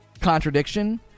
contradiction